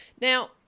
now